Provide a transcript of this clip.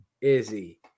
Izzy